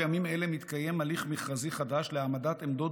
בימים אלה מתקיים הליך מכרזי חדש להעמדת עמדות